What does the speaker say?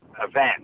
event